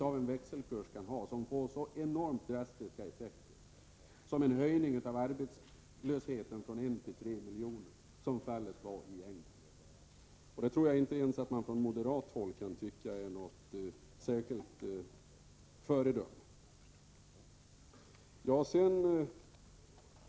I England har man ju fått sådana enormt drastiska effekter som en höjning av arbetslösheten från 1 miljon arbetslösa till 3 miljoner. Jag tror inte att man ens från moderat håll kan tycka att England är något särskilt bra föredöme i det här sammanhanget.